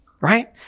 right